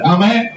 Amen